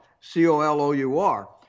C-O-L-O-U-R